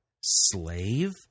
slave